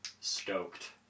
stoked